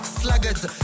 sluggards